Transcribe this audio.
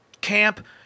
camp